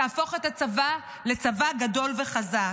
תהפוך את הצבא לצבא גדול וחזק.